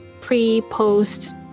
pre-post